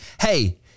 Hey